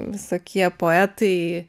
visokie poetai